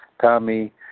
Tommy